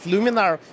Luminar